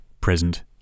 present